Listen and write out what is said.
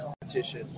competition